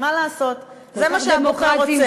מה לעשות, זה מה שהבוחר רוצה,